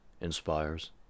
inspires